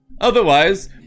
Otherwise